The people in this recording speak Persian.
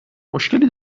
مشکلی